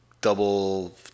double